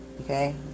okay